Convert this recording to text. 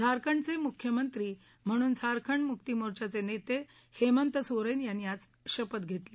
झारखंडचे मुख्यमंत्री म्हणून झारखंड मुक्ती मोर्चाचे नेते हेमंत सोरेन यांनी आज शपथ घेतली